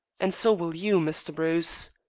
and so will you, mr. bruce.